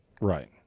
Right